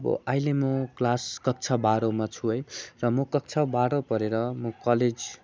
अब अहिले म क्लास कक्षा बाह्रमा छु है र म कक्षा बाह्र पढेर म कलेज